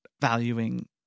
valuing